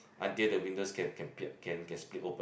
until the windows can can can can split open